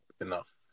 enough